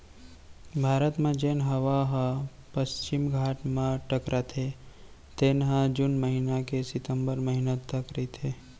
भारत म जेन हवा ह पस्चिम घाट म टकराथे तेन ह जून महिना ले सितंबर महिना तक रहिथे